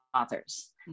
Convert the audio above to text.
authors